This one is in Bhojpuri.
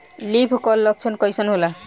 लीफ कल लक्षण कइसन होला?